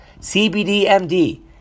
CBDMD